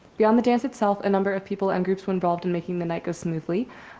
beyond the dance itself, a number of people and groups were involved in making the night go smoothly.